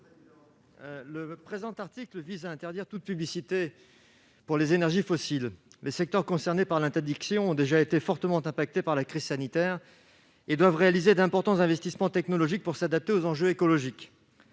Demilly. L'article 4 vise à interdire toute publicité pour les énergies fossiles. Or les secteurs concernés par l'interdiction, qui ont déjà été fortement touchés par la crise sanitaire, doivent réaliser d'importants investissements technologiques pour s'adapter aux enjeux écologiques.